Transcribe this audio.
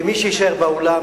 ומי שיישאר באולם,